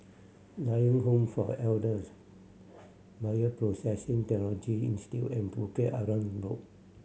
Lion Home for Elders Bioprocessing Technology Institute and Bukit Arang Road